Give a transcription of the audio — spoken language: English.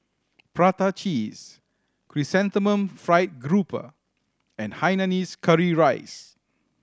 prata cheese Chrysanthemum Fried Garoupa and hainanese curry rice